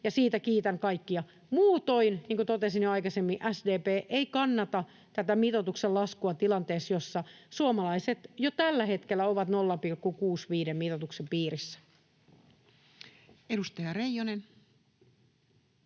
siitä kiitän kaikkia. Muutoin, niin kuin totesin jo aikaisemmin, SDP ei kannata tätä mitoituksen laskua tilanteessa, jossa suomalaiset jo tällä hetkellä ovat 0,65:n mitoituksen piirissä. [Speech